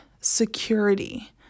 security